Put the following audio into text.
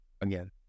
again